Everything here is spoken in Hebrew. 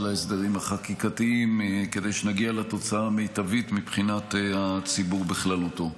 ההסדרים החקיקתיים כדי שנגיע לתוצאה המיטבית מבחינת הציבור בכללותו.